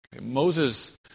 Moses